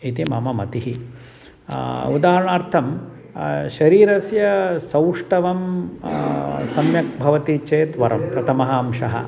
इति मम मतिः उदाहरणार्थं शरीरस्या सौष्टवं सम्यक् भवति चेत् वरं प्रथमः अंशः